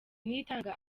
niyitanga